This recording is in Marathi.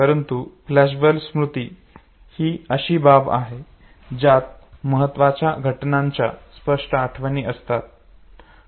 म्हणजेच फ्लॅशबल्ब स्मृती ही अशी बाब आहे ज्यात महत्वाच्या घटनांच्या स्पष्ट आठवणी असतात